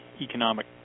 economic